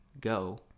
go